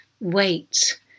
wait